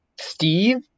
Steve